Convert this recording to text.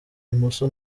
imoso